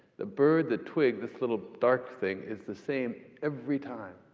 the bird, the twig this little dark thing is the same every time,